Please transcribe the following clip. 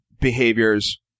behaviors